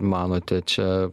manote čia